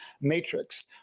matrix